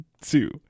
two